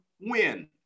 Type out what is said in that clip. win